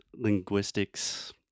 linguistics